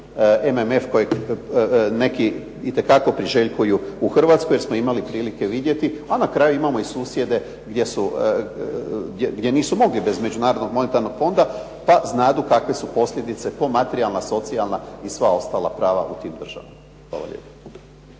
MMF kojeg neki itekako priželjkuju u Hrvatskoj, jer smo imali prilike vidjeli, a na kraju imamo i susjede gdje nisu mogli bez Međunarodnog monetarnog fonda, pa znadu kakve su posljedice po materijalna, socijalna i sva ostala prava u tim državama.